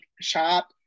shop